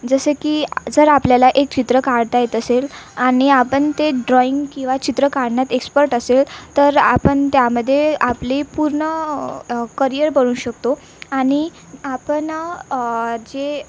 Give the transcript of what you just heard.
जसे की जर आपल्याला एक चित्र काढता येत असेल आणि आपण ते ड्रॉईंग किंवा चित्र काढण्यात एक्सपर्ट असेल तर आपण त्यामध्ये आपली पूर्ण करिअर बनू शकतो आणि आपण जे